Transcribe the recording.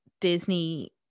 Disney